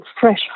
fresh